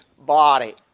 body